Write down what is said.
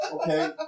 Okay